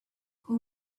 who